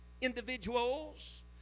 individuals